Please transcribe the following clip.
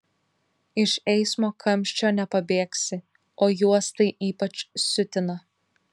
iš eismo kamščio nepabėgsi o juos tai ypač siutina